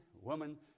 woman